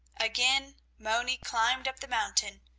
again moni climbed up the mountain,